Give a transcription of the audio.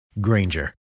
Granger